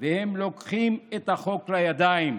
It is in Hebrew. והם לוקחים את החוק לידיים.